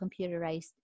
computerized